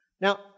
Now